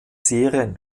serien